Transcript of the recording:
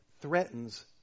threatens